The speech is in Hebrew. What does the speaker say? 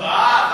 קרה.